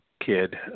kid